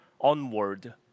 onward